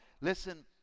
Listen